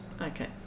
Okay